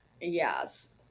yes